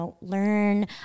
Learn